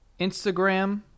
instagram